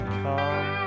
come